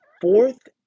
fourth